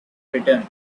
written